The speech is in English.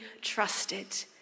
trusted